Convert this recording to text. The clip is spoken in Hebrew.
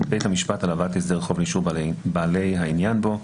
החוב לאישור בעלי העניין בו,